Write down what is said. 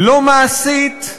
לא מעשית,